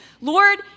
Lord